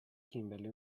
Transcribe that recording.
kimberly